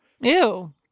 Ew